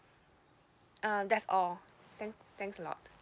uh that's all thank thanks a lot